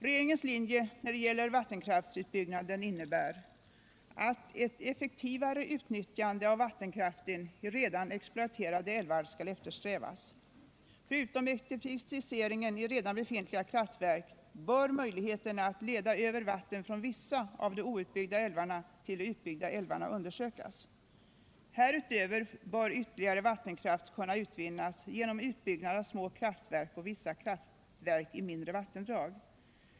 Regeringens linje när det gäller vat = Svealand och tenkraftsutbyggnaden innebär att ett effektivare utnyttjande av vatten — Norrland kraften i redan exploaterade älvar skall eftersträvas. Förutom effektiviseringen i redan befintliga kraftverk bör möjligheterna att leda över vatten från vissa av de outbyggda älvarna till de utbyggda älvarna undersökas. Dessutom bör ytterligare vattenkraft kunna utvinnas genom utbyggnad av små kraftverk och vissa kraftverk i mindre vattendrag.